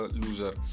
loser